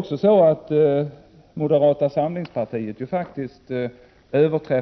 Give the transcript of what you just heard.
Dessutom överträffar moderata samlingspartiet